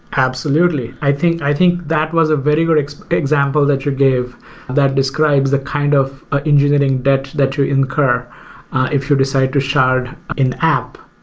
absolutely. i think i think that was a very good example that you gave that describes the kind of engineering debt that you incur if you decide to shard in app,